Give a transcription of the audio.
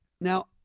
Now